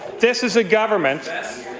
this is a government this